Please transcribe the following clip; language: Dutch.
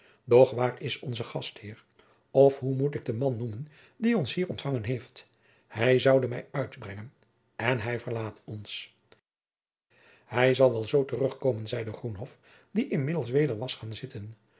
waar is onze gastheer of hoe moet ik den man noemen die ons hier ontfangen heeft hij zoude mij uitbrengen en hij verlaat ons hij zal wel zoo terug komen zeide groenhof die inmiddels weder was gaan zitten